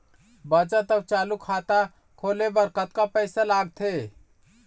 बचत अऊ चालू खाता खोले बर कतका पैसा लगथे?